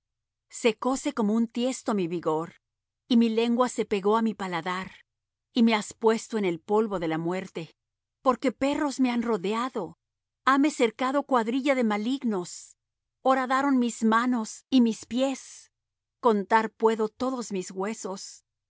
entrañas secóse como un tiesto mi vigor y mi lengua se pegó á mi paladar y me has puesto en el polvo de la muerte porque perros me han rodeado hame cercado cuadrilla de malignos horadaron mis manos y mis pies contar puedo todos mis huesos